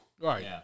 Right